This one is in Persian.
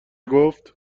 گفت